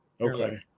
Okay